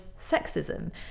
sexism